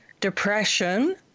depression